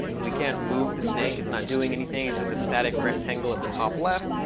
we can't move the snake. it's not doing anything. it's just a static rectangle at the top left.